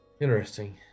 Interesting